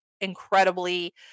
incredibly